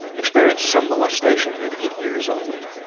experienced some molestation at eight years old.